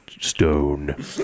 Stone